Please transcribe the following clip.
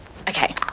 Okay